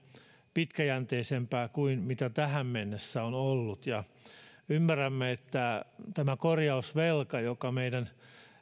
pitkäjänteisempää kuin mitä tähän mennessä on ollut ymmärrämme että tämä korjausvelka joka meidän